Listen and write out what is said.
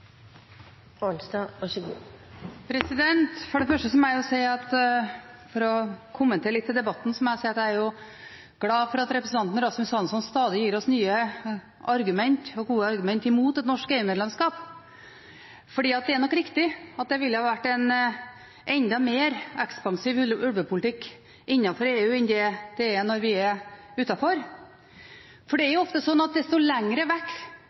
et ålreit dyr. For det første må jeg si, for å kommentere debatten litt, at jeg er glad for at representanten Rasmus Hansson stadig gir oss nye argumenter – og gode argumenter – imot et norsk EU-medlemskap. Det er nok riktig at det ville ha vært en enda mer ekspansiv ulvepolitikk om vi var innenfor EU, enn det er når vi er utenfor. Det er ofte slik at desto